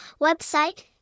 website